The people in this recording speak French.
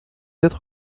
être